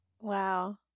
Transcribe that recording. wow